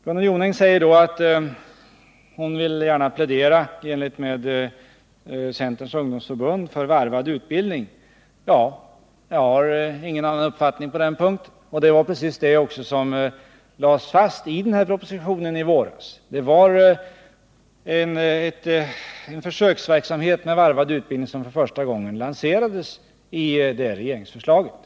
Gunnel Jonäng säger att hon gärna i likhet med centerns ungdomsförbund vill plädera för varvad utbildning och praktiskt arbete. Jag har ingen annan uppfattning på den punkten. Det var också precis det som lades fast i propositionen i våras. I det regeringsförslaget lanserades för första gången en försöksverksamhet med varvad utbildning.